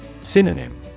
Synonym